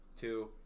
Two